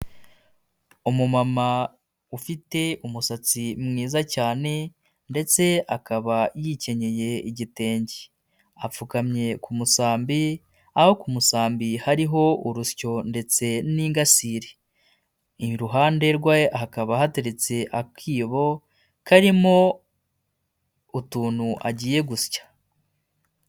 Umumama ufite umusatsi mwiza cyane ndetse akaba yikenyeye igitenge, apfukamye ku musambi aho ku musambi hariho urusyo ndetse n'ingasire, iruhande rwe hakaba hateretse akibo karimo utuntu agiye gusya.